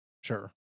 Sure